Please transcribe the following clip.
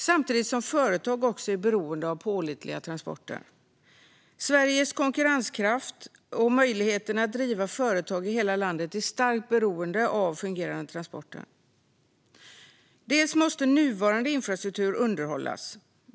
Samtidigt är företag också beroende av pålitliga transporter. Sveriges konkurrenskraft och möjligheten att driva företag i hela landet är starkt beroende av fungerande transporter. Nuvarande infrastruktur måste underhållas.